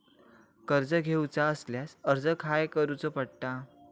कर्ज घेऊचा असल्यास अर्ज खाय करूचो पडता?